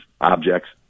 objects